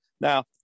Now